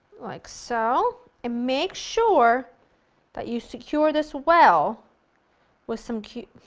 like so. and make sure that you secure this well with some q